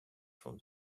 from